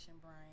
brain